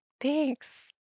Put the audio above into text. Thanks